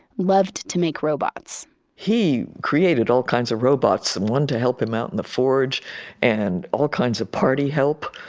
loved to make robots he created all kinds of robots, one to help him out in the forge and all kinds of party help.